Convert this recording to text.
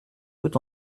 tout